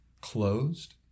closed